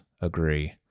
agree